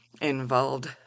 involved